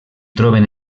troben